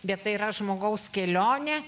bet tai yra žmogaus kelionė